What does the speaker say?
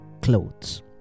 clothes